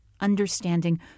understanding